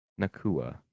Nakua